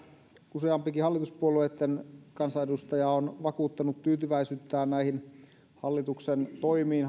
useampikin hallituspuolueitten kansanedustaja on vakuuttanut tyytyväisyyttään näihin hallituksen toimiin